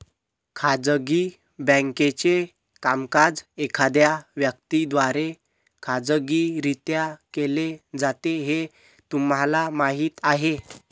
खाजगी बँकेचे कामकाज एखाद्या व्यक्ती द्वारे खाजगीरित्या केले जाते हे तुम्हाला माहीत आहे